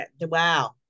Wow